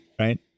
Right